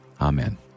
Amen